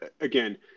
again